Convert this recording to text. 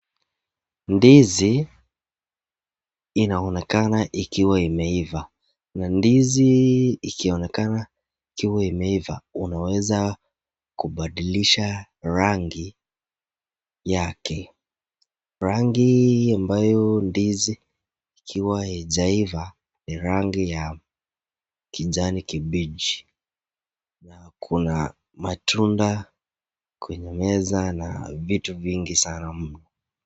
Ndizi inaonekana ikiwa imeiva na ndizi ikionekana ikiwa imeiva unaweza kubadilisha rangi yake rangi ambayo ndizi ikiwa haijaiva ni rangi ya kijani kibichi na kuna matunda kwenye meza na vitu vingi sana mno.